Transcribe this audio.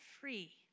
free